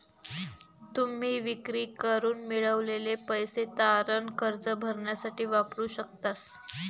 तुम्ही विक्री करून मिळवलेले पैसे तारण कर्ज भरण्यासाठी वापरू शकतास